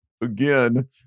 Again